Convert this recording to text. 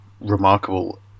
remarkable